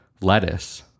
lettuce